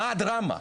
מה הדרמה?